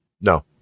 No